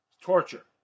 Torture